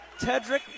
Tedrick